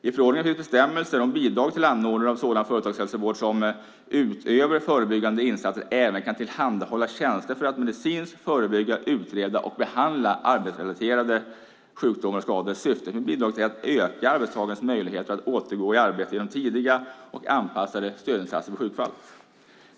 I förordningen finns bestämmelser om bidrag till anordnare av sådan företagshälsovård som, utöver förebyggande insatser, även kan tillhandahålla tjänster för att medicinskt förebygga, utreda och behandla arbetsrelaterade sjukdomar och skador. Syftet med bidraget är att öka arbetstagares möjligheter att återgå i arbete genom tidiga och anpassade stödinsatser vid sjukfall.